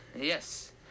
yes